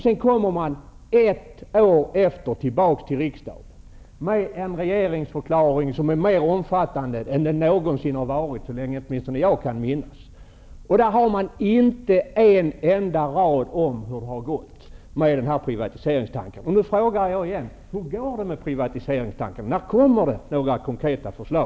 Sedan kommer man ett år senare till riksdagen med en regeringsförklaring som är mer omfattande än den någonsin har varit, i varje fall så länge jag kan minnas, och där står inte en enda rad om hur det har gått med privatiseringstanken. Nu frågar jag igen: Hur går det med privatiseringen? När kommer det några konkreta förslag?